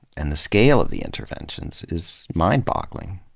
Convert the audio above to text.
and the scale of the interventions is mind-boggling.